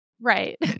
Right